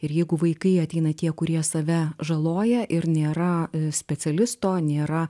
ir jeigu vaikai ateina tie kurie save žaloja ir nėra specialisto nėra